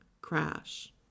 crash